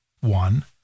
One